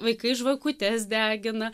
vaikai žvakutes degina